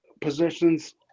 positions